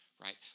right